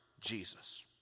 Jesus